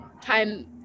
time